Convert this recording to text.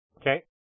Okay